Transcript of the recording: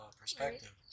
perspective